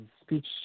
speech